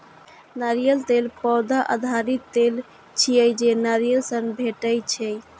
नारियल तेल पौधा आधारित तेल छियै, जे नारियल सं भेटै छै